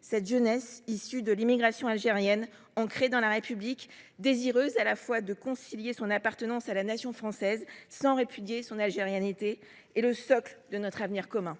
Cette jeunesse issue de l’immigration algérienne, ancrée dans la République, désireuse à la fois de concilier son appartenance à la nation française sans répudier son algérianité, est le socle de notre avenir commun.